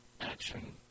action